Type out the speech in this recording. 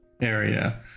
area